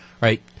right